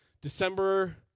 December